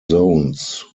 zones